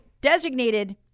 designated